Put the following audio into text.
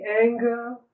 anger